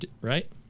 right